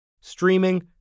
streaming